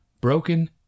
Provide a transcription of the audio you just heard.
broken